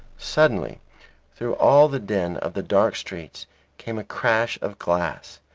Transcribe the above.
suddenly through all the din of the dark streets came a crash of glass.